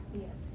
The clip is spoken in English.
Yes